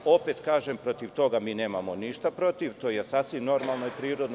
Opet kažem, protiv toga mi nemamo ništa protiv, to je sasvim normalno i prirodno.